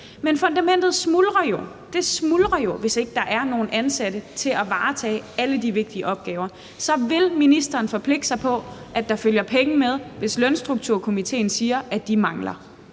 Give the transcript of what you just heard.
Men fundamentet smuldrer jo, hvis der ikke er nogen ansatte til at varetage alle de vigtige opgaver. Så vil ministeren forpligte sig på, at der følger penge med, hvis lønstrukturkomitéen siger, at de mangler?